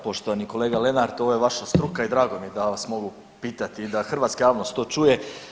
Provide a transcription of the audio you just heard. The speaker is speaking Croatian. Poštovani kolega Lenart, ovo je vaša struka i drago mi je da vas mogu pitati i da hrvatska javnost to čuje.